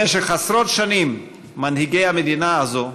במשך עשרות שנים מנהיגי המדינה הזאת,